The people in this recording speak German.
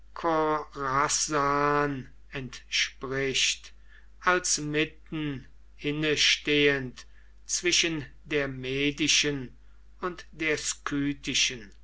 entspricht als mitten inne stehend zwischen der medischen und der skythischen